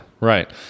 Right